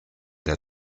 der